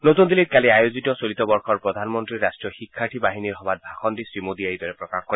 নতুন দিল্লীত কালি আয়োজিত চলিত বৰ্ষৰ প্ৰধানমন্ত্ৰীৰ ৰট্টীয় শিক্ষাৰ্থী বাহিনী সভাত ভাষণ দি শ্ৰীমোদীয়ে এইদৰে প্ৰকাশ কৰে